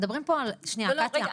שנייה קטיה,